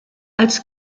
als